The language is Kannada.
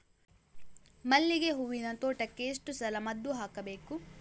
ಮಲ್ಲಿಗೆ ಹೂವಿನ ತೋಟಕ್ಕೆ ಎಷ್ಟು ಸಲ ಮದ್ದು ಹಾಕಬೇಕು?